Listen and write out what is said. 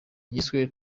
yiswe